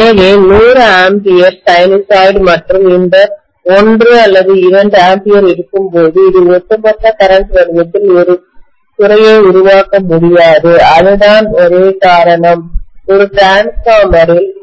எனவே 100 ampere sinusoid மற்றும் இந்த 1 அல்லது 2 ஆம்பியர் இருக்கும்போது இது ஒட்டுமொத்த கரண்ட் வடிவத்தில் ஒரு குறையை உருவாக்க முடியாது அதுதான் ஒரே காரணம் ஒரு டிரான்ஸ்பார்மரில்ஒரு மின்மாற்றியில்